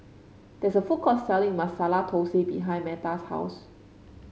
there is a food court selling Masala Thosai behind Metta's house